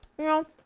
no